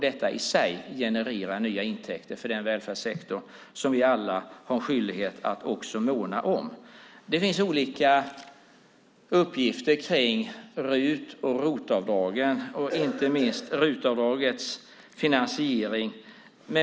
Detta i sig genererar nya intäkter för den välfärdssektor som vi alla har en skyldighet att måna om. Det finns olika uppgifter om RUT och ROT-avdragen och RUT-avdragets finansiering.